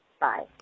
Bye